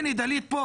הנה, דלית פה